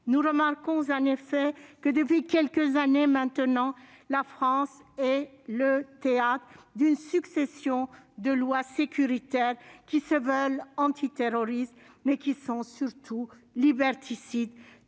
Nous remarquons en effet que, depuis quelques années maintenant, la France est le théâtre d'une succession de lois sécuritaires, qui se veulent antiterroristes, mais qui sont surtout liberticides.